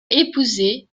épousé